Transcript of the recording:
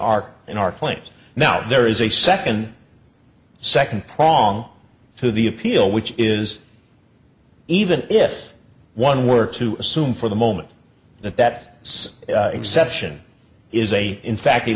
our in our claims now there is a second second prong to the appeal which is even if one were to assume for the moment that that exception is a in fact the